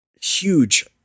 huge